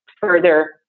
further